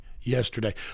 yesterday